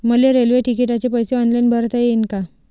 मले रेल्वे तिकिटाचे पैसे ऑनलाईन भरता येईन का?